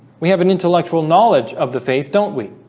we have an intellectual knowledge of the faith, don't we?